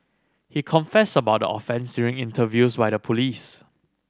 he confessed about the offence during interviews by the police